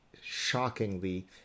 shockingly